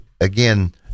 again